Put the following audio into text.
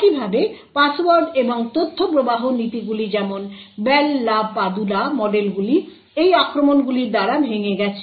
একইভাবে পাসওয়ার্ড এবং তথ্য প্রবাহ নীতিগুলি যেমন বেল লা পাদুলা মডেলগুলি এই আক্রমণগুলির দ্বারা ভেঙ্গে গেছে